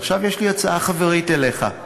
עכשיו יש לי הצעה חברית אליך.